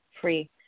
Free